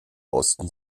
osten